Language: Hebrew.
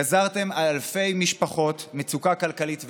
גזרתם על אלפי משפחות מצוקה כלכלית ועוני.